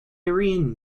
aryan